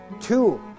two